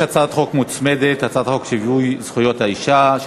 יש הצעת חוק מוצמדת: הצעת חוק שיווי זכויות האישה (תיקון,